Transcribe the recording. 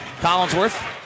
Collinsworth